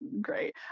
great